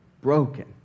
broken